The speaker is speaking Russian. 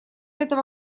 этого